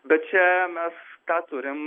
bet čia mes tą turim